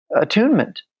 attunement